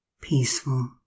peaceful